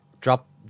drop